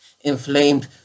inflamed